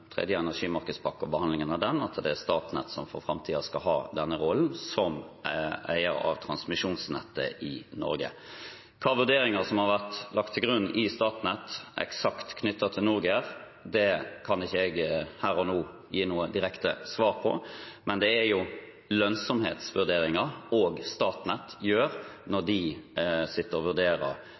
behandlingen av tredje energimarkedspakke, på at det er Statnett som for framtiden skal ha denne rollen, som eier av transmisjonsnettet i Norge. Hvilke vurderinger som har vært lagt til grunn i Statnett eksakt knyttet til NorGer, kan jeg ikke her og nå gi noe direkte svar på. Men det er jo også lønnsomhetsvurderinger Statnett gjør når de sitter og vurderer